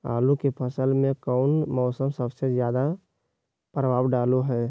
आलू के फसल में कौन मौसम सबसे ज्यादा प्रभाव डालो हय?